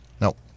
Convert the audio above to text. Nope